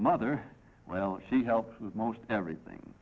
mother well she helps with most everything